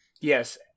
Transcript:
Yes